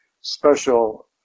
special